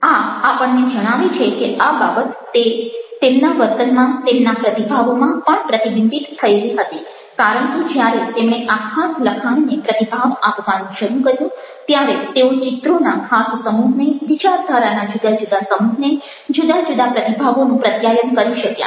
આ આપણને જણાવે છે કે આ બાબત તેમના વર્તનમાં તેમના પ્રતિભાવોમાં પણ પ્રતિબિંબિત થયેલી હતી કારણ કે જ્યારે તેમણે આ ખાસ લખાણને પ્રતિભાવ આપવાનું શરૂ કર્યું ત્યારે તેઓ ચિત્રોના ખાસ સમૂહને વિચારધારાના જુદા જુદા સમૂહને જુદા જુદા પ્રતિભાવોનું પ્રત્યાયન કરી શક્યા